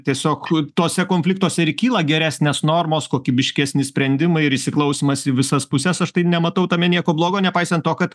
tiesiog tuose konfliktuose ir kyla geresnės normos kokybiškesni sprendimai ir įsiklausymas į visas puses aš nematau tame nieko blogo nepaisant to kad